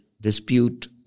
dispute